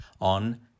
on